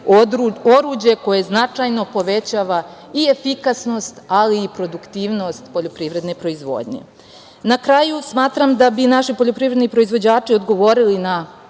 oruđe koje značajno povećava i efikasnost, ali i produktivnost poljoprivredne proizvodnje. Na kraju, smatram da bi naši poljoprivredni odgovorili na